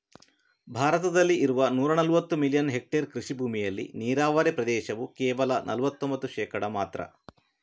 ಭಾರತದಲ್ಲಿ ಇರುವ ನೂರಾ ನಲವತ್ತು ಮಿಲಿಯನ್ ಹೆಕ್ಟೇರ್ ಕೃಷಿ ಭೂಮಿಯಲ್ಲಿ ನೀರಾವರಿ ಪ್ರದೇಶವು ಕೇವಲ ನಲವತ್ತೊಂಭತ್ತು ಶೇಕಡಾ ಮಾತ್ರ